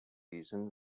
reason